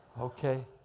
Okay